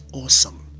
awesome